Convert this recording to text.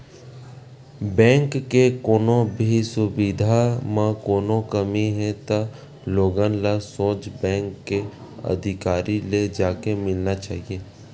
bank के कोनो भी सुबिधा म कोनो कमी हे त लोगन ल सोझ बेंक के अधिकारी ले जाके मिलना चाही